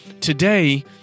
Today